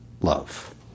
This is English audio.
love